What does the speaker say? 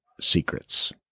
secrets